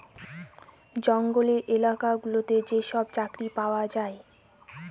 জঙ্গলের এলাকা গুলোতে যেসব চাকরি পাওয়া যায়